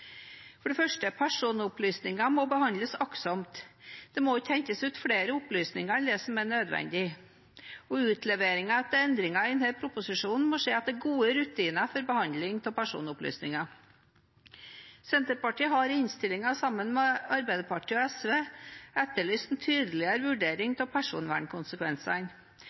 For det første må personopplysninger behandles aktsomt. Det må ikke hentes ut flere opplysninger enn det som er nødvendig. Utlevering etter endringene i denne proposisjonen må skje etter gode rutiner for behandling av personopplysninger. Senterpartiet har i innstillingen sammen med Arbeiderpartiet og SV etterlyst en tydeligere vurdering av personvernkonsekvensene.